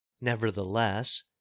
Nevertheless